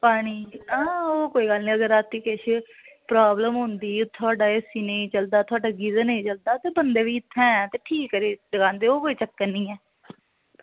पानी हां ओह् कोई गल्ल निं अगर रातीं किश प्राब्लम होंदी थुआढ़े ए सी नेईं चलदा थुआढ़े गीज़र नेईं चलदा ते बंदे बी इत्थै हैन ते ठीक करी टकांदे ओह् कोई चक्कर निं ऐ